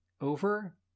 over